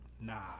Nah